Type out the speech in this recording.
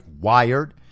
Wired